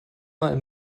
mal